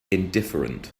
indifferent